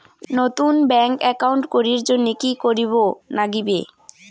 নতুন bank account করির জন্যে কি করিব নাগিবে?